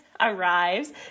arrives